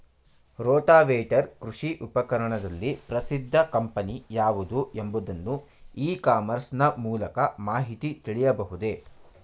Rotavator ಕೃಷಿ ಉಪಕರಣದಲ್ಲಿ ಪ್ರಸಿದ್ದ ಕಂಪನಿ ಯಾವುದು ಎಂಬುದನ್ನು ಇ ಕಾಮರ್ಸ್ ನ ಮೂಲಕ ಮಾಹಿತಿ ತಿಳಿಯಬಹುದೇ?